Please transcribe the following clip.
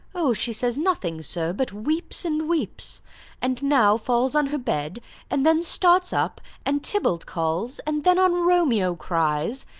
o, she says nothing, sir, but weeps and weeps and now falls on her bed and then starts up, and tybalt calls and then on romeo cries,